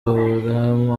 aburahamu